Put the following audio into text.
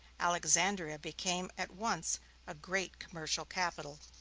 alexandria became at once a great commercial capital.